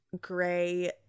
Gray